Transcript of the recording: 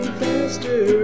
faster